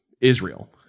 Israel